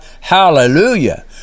Hallelujah